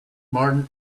martin